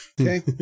okay